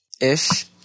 Ish